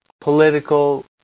political